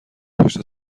پشت